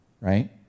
Right